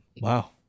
Wow